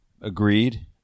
Agreed